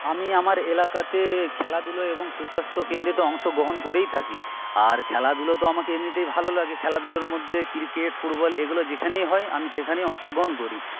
আমি আমার এলাকাতে খেলাধুলো এবং সুস্বাস্থ্য কেন্দ্রে তো অংশগ্রহণ করেই থাকি আর খেলাধুলো তো আমার এমনিতেই ভালো লাগে খেলাধুলোর মধ্যে ক্রিকেট ফুটবল এগুলো যেখানেই হয় আমি সেখানেই অংশগ্রহণ করি